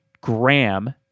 gram